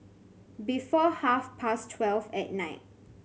before half past twelve at night